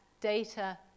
data